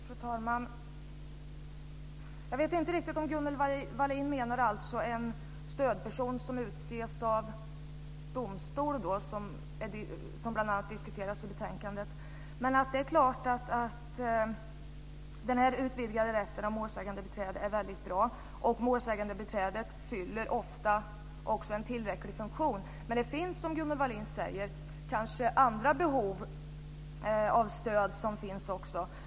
Fru talman! Jag vet inte riktigt om Gunnel Wallin menar en stödperson som utses av domstol, som bl.a. diskuteras i betänkandet. Den utvidgade rätten till målsägandebiträde är väldigt bra. Målsägandebiträdet fyller en viktig funktion, men det finns kanske andra behov av stöd också, som Gunnel Wallin säger.